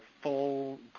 full